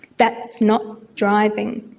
that's not driving.